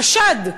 חשד,